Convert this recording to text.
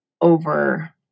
over